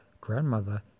grandmother